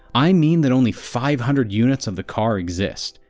i mean that only five hundred units of the car exist,